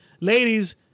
ladies